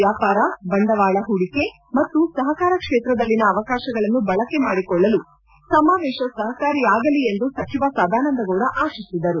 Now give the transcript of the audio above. ವ್ಯಾಪಾರ ಬಂಡವಾಳ ಹೂಡಿಕೆ ಮತ್ತು ಸಹಕಾರ ಕ್ಷೇತ್ರದಲ್ಲಿನ ಅವಕಾಶಗಳನ್ನು ಬಳಕೆ ಮಾಡಿಕೊಳ್ಳಲು ಸಮಾವೇಶ ಸಹಕಾರಿಯಾಗಲಿ ಎಂದು ಸಚಿವ ಸದಾನಂದಗೌಡ ಆಶಿಸಿದರು